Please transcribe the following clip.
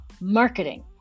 marketing